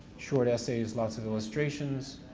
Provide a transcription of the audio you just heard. short essays, lots of illustrations,